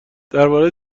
درباره